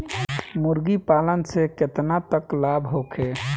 मुर्गी पालन से केतना तक लाभ होखे?